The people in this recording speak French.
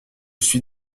suis